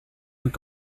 und